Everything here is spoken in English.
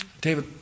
David